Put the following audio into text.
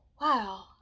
wow